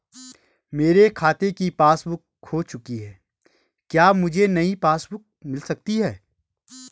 मेरे खाते की पासबुक बुक खो चुकी है क्या मुझे नयी पासबुक बुक मिल सकती है?